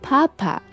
Papa